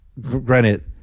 Granted